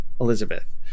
Elizabeth